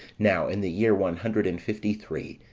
now in the year one hundred and fifty-three,